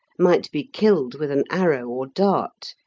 might be killed with an arrow or dart,